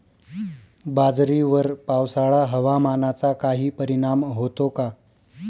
बाजरीवर पावसाळा हवामानाचा काही परिणाम होतो का?